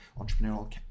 entrepreneurial